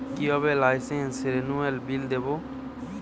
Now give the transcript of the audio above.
কিভাবে লাইসেন্স রেনুয়ালের বিল দেবো?